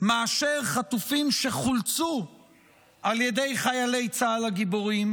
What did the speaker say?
מאשר חטופים חולצו על ידי חיילי צה"ל הגיבורים,